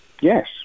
Yes